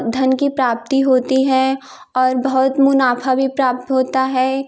धन की प्राप्ति होती है और बहुत मुनाफा भी प्राप्त होता है